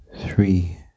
Three